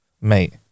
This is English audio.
mate